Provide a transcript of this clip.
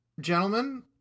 gentlemen